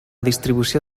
distribució